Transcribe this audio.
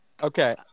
Okay